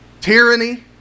Tyranny